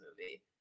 movie